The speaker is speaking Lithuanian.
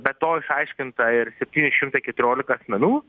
be to išaiškinta ir septyni šimtai keturiolika asmenų